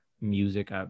music